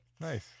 Nice